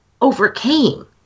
overcame